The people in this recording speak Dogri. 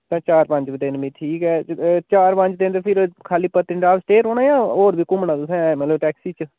तां चार पंज दिन भी ठीक ऐ चार पंज दिन ते फिर खाल्ली पत्नीटाप स्टे रौह्ना जां होर बी घुम्मना तुसें मतलब टैक्सी च